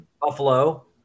Buffalo